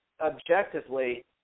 objectively